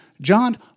John